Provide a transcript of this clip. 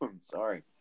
sorry